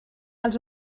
els